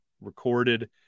recorded